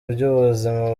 by’ubuzima